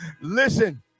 Listen